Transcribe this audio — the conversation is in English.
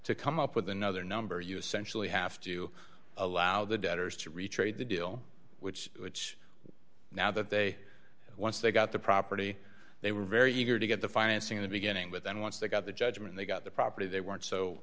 to come up with another number you essentially have to allow the debtors to retreat the deal which which now that they once they got the property they were very eager to get the financing in the beginning with then once they got the judgment they got the property they weren't so